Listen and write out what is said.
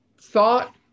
thought